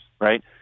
right